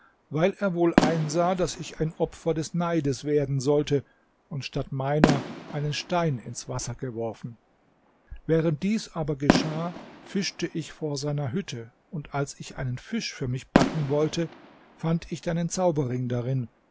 weil er wohl einsah daß ich ein opfer des neides werden sollte und statt meiner einen stein ins wasser geworfen während dies aber geschah fischte ich vor seiner hütte und als ich einen fisch für mich backen wollte fand ich deinen zauberring darin